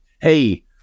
hey